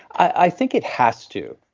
i think it has to.